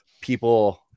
people